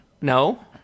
no